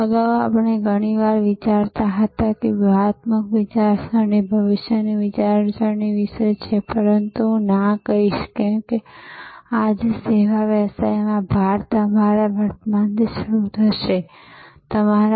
તેથી સેવા પ્રદાતાઓ અને સેવા પ્રાપ્તકર્તાઓ બંને એકબીજાને ઓળખે છે અને તે એક અનુકરણીય સેવા સંસ્કૃતિ બનાવે છે અને ગ્રાહકો સુરક્ષિત અને ખૂબ જ સારો રેકોર્ડ અનુભવે છે